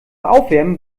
aufwärmen